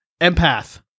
empath